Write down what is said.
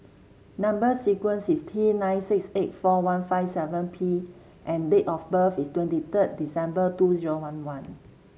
number sequence is T nine six eight four one five seven P and date of birth is twenty third December two zero one one